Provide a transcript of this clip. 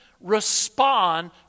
respond